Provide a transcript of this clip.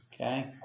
Okay